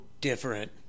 different